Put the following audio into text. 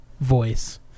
voice